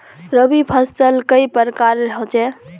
रवि फसल कई प्रकार होचे?